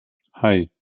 hei